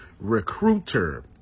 Recruiter